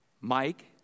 Mike